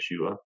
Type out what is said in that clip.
Yeshua